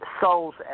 soul's